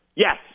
Yes